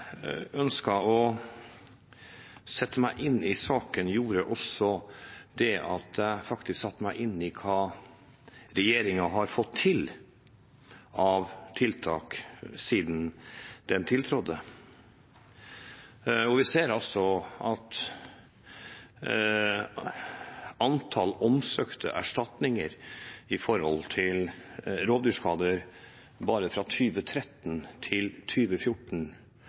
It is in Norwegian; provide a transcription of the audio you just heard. ønsket å sette meg inn i saken, gjorde også at jeg faktisk satte meg inn i hva regjeringen har fått til av tiltak siden den tiltrådte. Vi ser at antallet omsøkte erstatninger når det gjelder rovdyrskader, bare fra 2013 til